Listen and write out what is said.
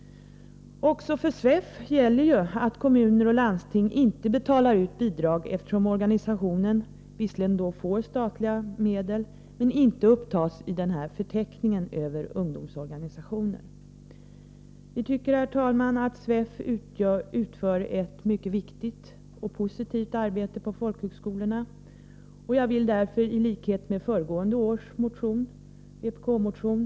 Också för SFEF gäller att kommuner och landsting inte betalar ut bidrag, eftersom organisationen visserligen får statliga medel men inte upptas i förteckningen över ungdomsorganisationer. Vi tycker, herr talman, att SFEF utför ett mycket viktigt och positivt arbete på folkhögskolorna, och jag vill därför i likhet med föregående år yrka bifall till vår motion.